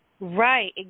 right